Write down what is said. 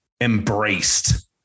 embraced